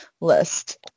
list